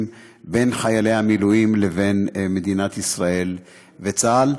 בין חיילי המילואים לבין מדינת ישראל וצה"ל,